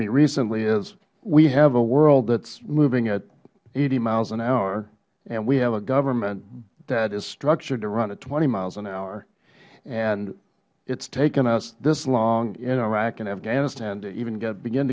me recently is we have a world that is moving at eighty miles an hour and we have a government that is structured to run at twenty miles an hour and it has taken us this long in iraq and afghanistan to even begin